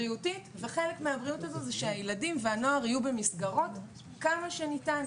בריאותית וחלק מהבריאות הזו הוא שהילדים והנוער יהיו במסגרות כמה שניתן,